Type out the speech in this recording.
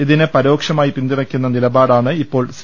ഇതിനെ പരോക്ഷമായി പിന്തുണയ്ക്കുന്ന നിലപാടാണ് ഇപ്പോൾ സി